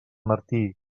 martí